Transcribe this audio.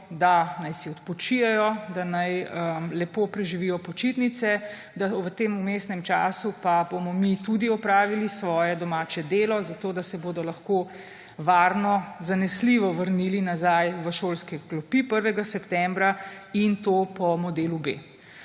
da naj si odpočijejo, da naj lepo preživijo počitnice, da v tem vmesnem času pa bomo mi tudi opravili svoje domače delo, zato da se bodo lahko varno zanesljivo vrnili nazaj v šolske klopi 1. septembra in to po modelu B.